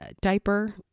diaper